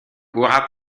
hurrah